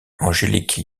angélique